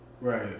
Right